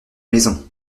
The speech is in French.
maison